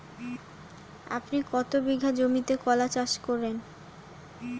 আপনি কত বিঘা জমিতে কলা চাষ করেন?